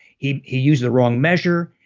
he he used the wrong measure,